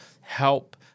help